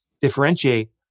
differentiate